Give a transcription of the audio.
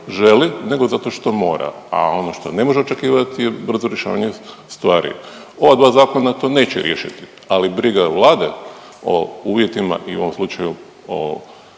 želi nego zato što mora, a ono što ne može očekivati je brzo rješavanje stvari. Ova dva zakona to neće riješiti, ali briga Vlade o uvjetima i u ovom slučaju, o